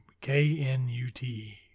K-N-U-T